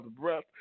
breath